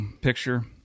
picture